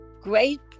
great